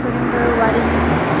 Dharanidhar औवारीनि